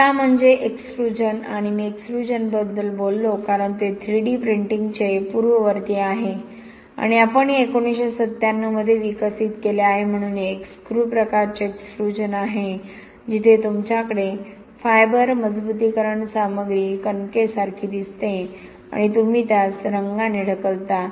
तिसरा मार्ग म्हणजे एक्सट्रूझन आणि मी एक्सट्रूझनबद्दल बोललो कारण ते 3 डी प्रिंटिंगचे पूर्ववर्ती आहे आणि आपण हे 1997 मध्ये विकसित केले आहे म्हणून हे एक स्क्रू प्रकारचे एक्सट्रूझन आहे जिथे तुमच्याकडे फायबर मजबुतीकरण सामग्री कणकेसारखी दिसते आणि तुम्ही त्यास रंगाने ढकलता